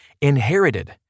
inherited